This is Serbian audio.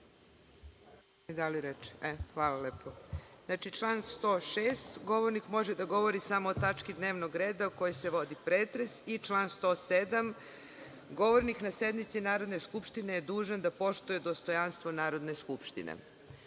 Pavlović** Hvala lepo. Član 106. - govornik može da govori samo o tački dnevnog reda o kojoj se vodi pretres, i član 107. - govornik na sednici Narodne skupštine je dužan da poštuje dostojanstvo Narodne skupštine. Dugo